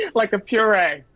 like a puree.